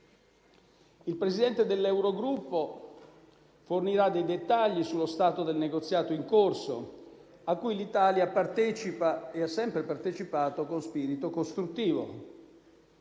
Il Presidente dell'Eurogruppo fornirà dei dettagli sullo stato del negoziato in corso a cui l'Italia partecipa e ha sempre partecipato con spirito costruttivo.